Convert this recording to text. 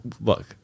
look